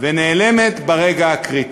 ונעלמת ברגע הקריטי.